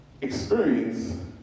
experience